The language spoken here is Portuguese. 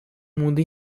mundo